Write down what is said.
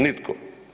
Nitko.